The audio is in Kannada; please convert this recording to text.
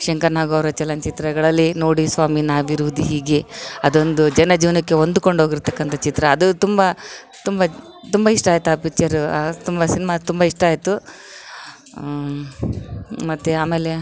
ಶಂಕರನಾಗ್ ಅವರ ಚಲನಚಿತ್ರಗಳಲ್ಲಿ ನೋಡಿ ಸ್ವಾಮಿ ನಾವ್ ಇರೋದು ಹೀಗೆ ಅದೊಂದು ಜನಜೀವನಕ್ಕೆ ಹೊಂದ್ಕೊಂಡು ಹೋಗಿರ್ತಕ್ಕಂಥ ಚಿತ್ರ ಅದು ತುಂಬ ತುಂಬ ತುಂಬ ಇಷ್ಟ ಆಯಿತು ಆ ಪಿಚ್ಚರು ತುಂಬ ಸಿನಿಮಾ ತುಂಬ ಇಷ್ಟ ಆಯಿತು ಮತ್ತು ಆಮೇಲೆ